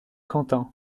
quentin